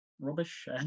rubbish